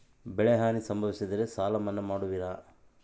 ಬೆಳೆಹಾನಿ ಸಂಭವಿಸಿದರೆ ಸಾಲ ಮನ್ನಾ ಮಾಡುವಿರ?